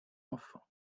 enfant